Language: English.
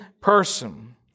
person